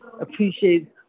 appreciate